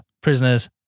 Prisoners